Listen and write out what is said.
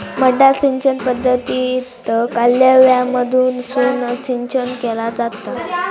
मड्डा सिंचन पद्धतीत कालव्यामधसून सिंचन केला जाता